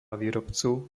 výrobcu